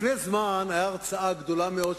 לפני זמן היתה הרצאה גדולה מאוד,